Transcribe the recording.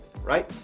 right